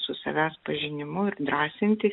su savęs pažinimu ir drąsinti